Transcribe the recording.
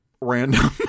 random